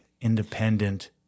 independent